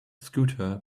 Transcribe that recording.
scooter